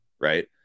right